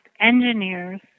engineers